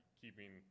keeping